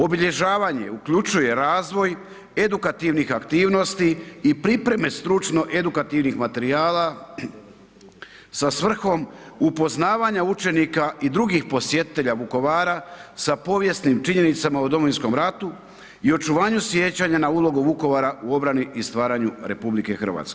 Obilježavanje uključuje razvoj edukativnih aktivnosti i pripreme stručno-edukativnih materijala sa svrhom upoznavanja učenika i drugih posjetitelja Vukovara sa povijesnim činjenicama o Domovinskom ratu i očuvanju sjećanja na ulogu Vukovara u obrani i stvaranju RH.